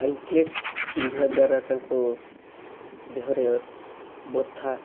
anklet ପିନ୍ଧିବା ଦ୍ଵାରା ତାଙ୍କୁ ଦେହରେ ବଥା